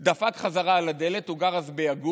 הוא דפק בחזרה על הדלת, הוא גר אז ביגור,